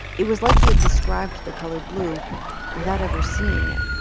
it was like he had described the color blue without ever seeing it